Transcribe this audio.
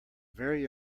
very